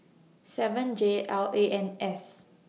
seven J L A N S